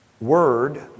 Word